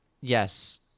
Yes